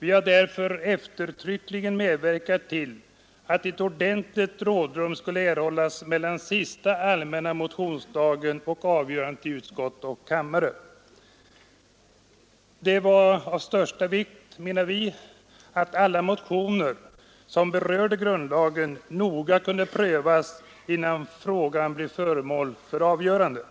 Vi har därför eftertryckligen medverkat till att ett ordentligt rådrum skulle erhållas mellan sista allmänna motionsdagen och avgörandet i utskott och kammare. Det var av största vikt, menar vi, att alla motioner som berörde grundlagen noga kunde prövas innan frågan blev föremål för avgörande.